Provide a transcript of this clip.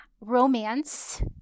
romance